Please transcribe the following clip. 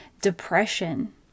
Depression